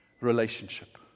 relationship